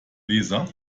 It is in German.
leser